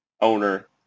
owner